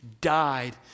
died